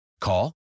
Call